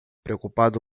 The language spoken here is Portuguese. preocupado